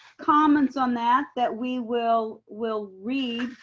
comments on that that we will will read,